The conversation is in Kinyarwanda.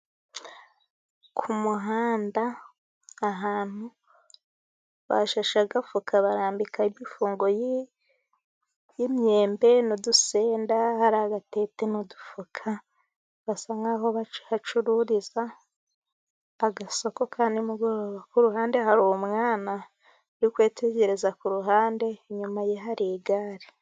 Ku umuhanda ahantu bashashe agafuka, barambika imifungo y'imyembe n'udusenda, hari agatete n'udufuka basa nk'aho bahacururiza agasoko ka ni mugoroba, ku ruhande hari umwana uri kwitegereza, ku ruhande inyuma ye hari igare.